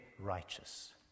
righteous